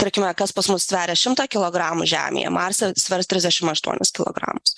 tarkime kas pas mus sveria šimtą kilogramų žemėje marse svers trisdešim aštuonis kilogramus